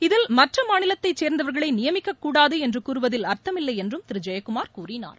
இதில் மற்ற மாநிலத்தை சேர்ந்தவர்களை நியமிக்கக்கூடாது என்று கூறுவதில் அர்த்தம் இல்லை என்றும் திரு ஜெயக்குமார் கூறினார்